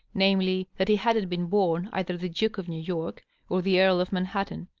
namely, that he hadn't been born either the duke of new york or the earl of manhattan.